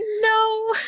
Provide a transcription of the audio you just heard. No